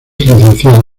licenciado